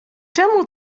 czemu